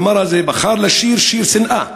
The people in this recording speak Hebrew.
הזמר הזה בחר לשיר שיר שנאה,